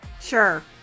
Sure